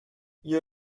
you